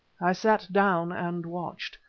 i sat down and watched.